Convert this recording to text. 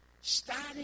starting